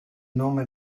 nome